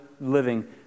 living